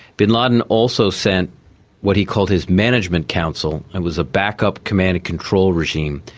bin laden also sent what he called his management council, it was a backup command and control regime,